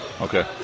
Okay